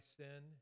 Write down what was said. sin